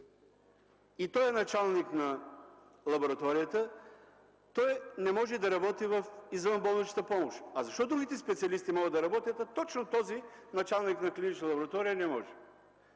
и той е началник на лабораторията, не може да работи в извънболничната помощ. Защо другите специалисти могат да работят, а точно този началник на клинична лаборатория не може?